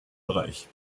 bereich